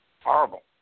horrible